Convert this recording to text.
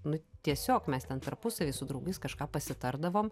nu tiesiog mes ten tarpusavy su draugais kažką pasitardavom